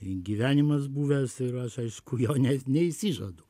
gyvenimas buvęs ir aš aišku jo ne neišsižadu